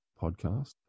podcast